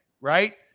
right